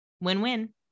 Win-win